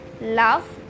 love